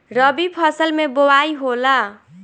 रबी फसल मे बोआई होला?